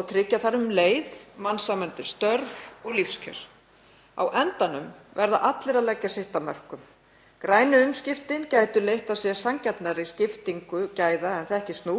og tryggja þarf um leið mannsæmandi störf og lífskjör. Á endanum verða allir að leggja sitt af mörkum. Grænu umskiptin gætu leitt af sér sanngjarnari skiptingu gæða en þekkist nú.